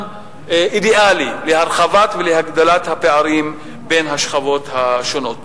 אידיאלי להרחבה ולהגדלה של הפערים בין השכבות השונות.